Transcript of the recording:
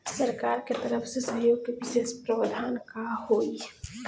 सरकार के तरफ से सहयोग के विशेष प्रावधान का हई?